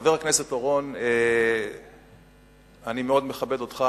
חבר הכנסת אורון, אני מאוד מכבד אותך,